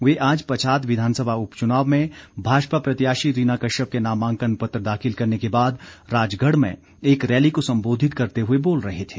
ये आज पच्छाद विधानसभा उपचुनाव में भाजपा प्रत्याशी रीना कश्यप के नामांकन पत्र दाखिल करने के बाद राजगढ़ में एक रैली को संबोधित करते हुए बोल रहे थे